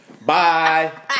Bye